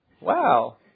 wow